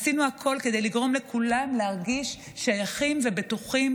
עשינו הכול כדי לגרום לכולם להרגיש שייכים ובטוחים,